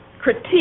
critique